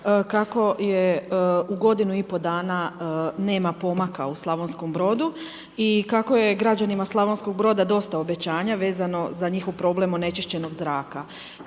kako je u godinu i pol dana nema pomaka u Slavonskom Brodu i kako je građanima Slavonskog Broda dosta obećanja vezano za njihov problem onečišćenog zraka.